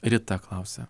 rita klausia